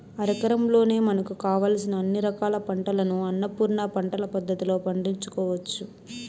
అరెకరంలోనే మనకు కావలసిన అన్ని రకాల పంటలను అన్నపూర్ణ పంటల పద్ధతిలో పండించుకోవచ్చు